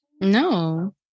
No